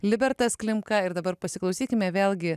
libertas klimka ir dabar pasiklausykime vėlgi